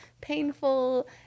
painful